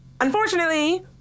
Unfortunately